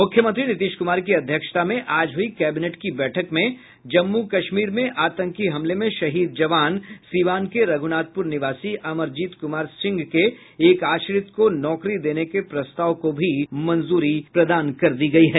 मुख्यमंत्री नीतीश कुमार की अध्यक्षता में आज हुई कैबिनेट की बैठक में जम्मू कश्मीर में आतंकी हमले में शहीद जवान सिवान के रघ्नाथपुर निवासी अमरजीत कुमार सिंह के एक आश्रित को नौकरी देने के प्रस्ताव को भी मंजूरी दे दी है